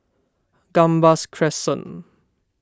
Gambas Crescent